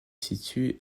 situe